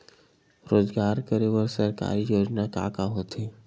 रोजगार करे बर सरकारी योजना का का होथे?